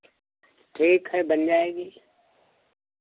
ठीक है बन जाएगी